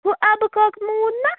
ہُہ اَبہٕ کاک موٗد نا